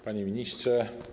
Panie Ministrze!